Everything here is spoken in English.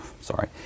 sorry